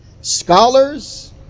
scholars